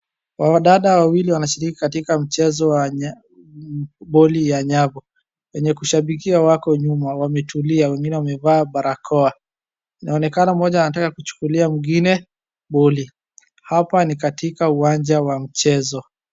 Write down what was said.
Wanadada hawa wawili wanashiriki katika mchezo wa bali ya nyavu. Wenye kushambikia wako nyuma wametulia , wengine wamevaa barakoa. Inaonekana mmoja anataka kuchukulia mwengine boli. Hapa ni katika uwanja wa mchezo.